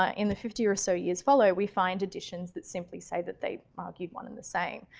ah in the fifty or so years follow, we find editions that simply say that they've argued one and the same,